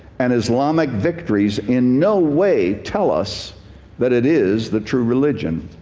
and islamic victories in no way tell us that it is the true religion.